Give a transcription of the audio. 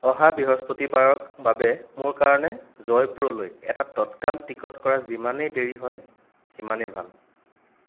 অহা বৃহস্পতিবাৰৰ বাবে মোৰ কাৰণে জয়পুৰলৈ এটা ততকাল টিকট কৰা যিমানেই দেৰি হয় সিমানেই ভাল